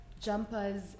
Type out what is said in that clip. jumpers